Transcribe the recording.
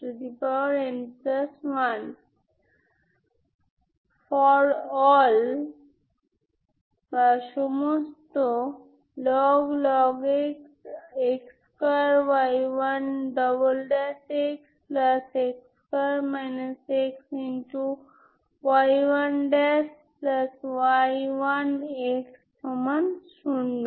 যদি আপনি n 2 নেন তাই যদি আপনি মনে করেন যে 2 একটি ইগেনভ্যালু কারণ আপনার P 2xP2x আছে যা একটি ননজিরো সমাধান